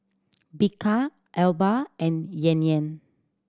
Bika Alba and Yan Yan